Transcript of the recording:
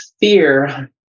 fear